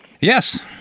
Yes